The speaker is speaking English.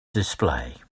display